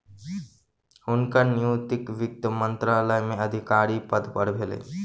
हुनकर नियुक्ति वित्त मंत्रालय में अधिकारी पद पर भेल